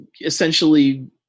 essentially